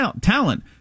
talent